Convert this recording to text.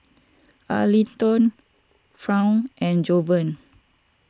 Arlington Fawn and Jovan